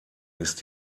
ist